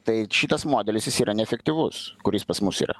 tai šitas modelis jis yra neefektyvus kuris pas mus yra